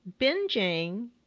binging